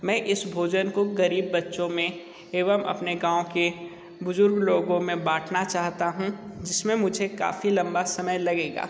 मैं इस भोजन को ग़रीब बच्चों में एवं अपने गाँव के बुज़ुर्ग लोगों में बाँटना चाहता हूँ जिस में मुझे काफ़ी लम्बा समय लगेगा